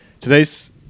Today's